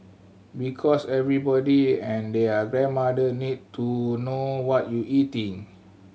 because everybody and their grandmother need to know what you eating